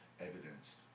evidenced